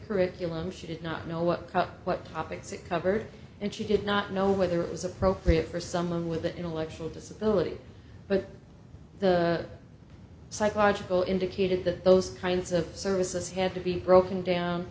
curriculum she did not know what color what topics it covered and she did not know whether it was appropriate for someone with an intellectual disability but the psychological indicated that those kinds of services had to be broken down